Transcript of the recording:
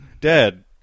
Dad